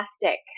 plastic